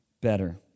better